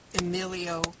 Emilio